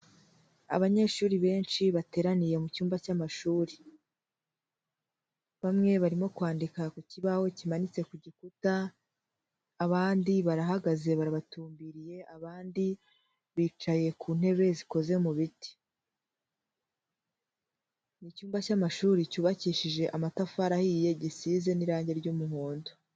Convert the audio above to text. Abanyeshuri benshi bateraniye mu cyumba cy'amashuri, bamwe barimo kwandika ku kibaho kimanitse ku gikuta abandi barahagaze barabatumbiriye abandi bicaye ku ntebe zikoze mu biti. Ni cyumba cy'amashuri cyubakishije amatafari ahiye gisize n'irange ry'umuhondo.